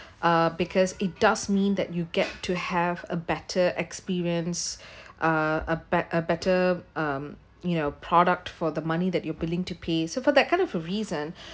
uh because it does mean that you get to have a better experience uh a bet~ a better um you know product for the money that you're willing to pay so for that kind of a reason